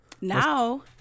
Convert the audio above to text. Now